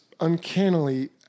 uncannily